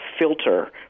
filter